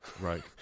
Right